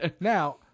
Now